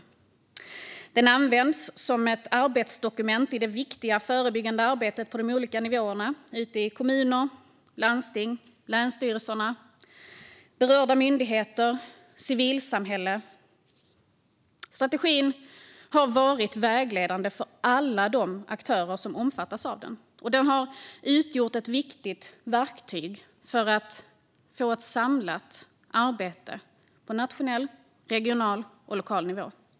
Strategin används som ett arbetsdokument i det viktiga förebyggande arbetet på de olika nivåerna - ute i kommuner, landsting och länsstyrelser, i berörda myndigheter och i civilsamhället. Strategin har varit vägledande för alla de aktörer som omfattas av den, och den har utgjort ett viktigt verktyg för ett samlat arbete på nationell, regional och lokal nivå.